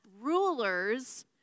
rulers